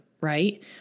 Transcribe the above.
right